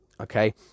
Okay